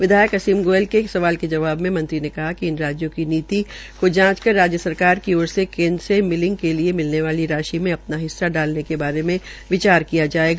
विधायक असीम गोयल के एक सवाल के जवाब में मंत्री ने कहा कि इन राज्यों की नीति को जांच कर राज्य सरकार की ओर से केन्द्र से मिलिंग के लिये मिलने वाली राशि मे अपना हिस्सा डालने के बारे में विचार किया जायेगा